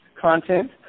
content